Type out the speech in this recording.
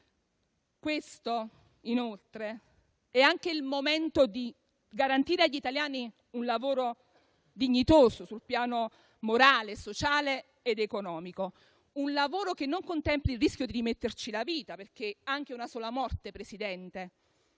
Questo, inoltre, è anche il momento di garantire agli italiani un lavoro dignitoso sul piano morale, sociale ed economico; un lavoro che non contempli il rischio di rimetterci la vita, perché anche una sola morte è un evento